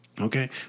Okay